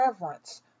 reverence